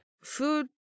food